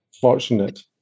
fortunate